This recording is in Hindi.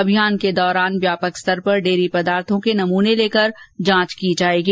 अभियान के दौरान व्यापक स्तर पर डेयरी पदार्थो के नमने लेकर जांच की जाएगी